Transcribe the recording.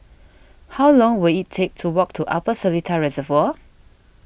how long will it take to walk to Upper Seletar Reservoir